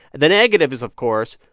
the negative is, of course,